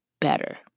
better